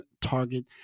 target